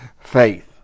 faith